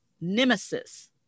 nemesis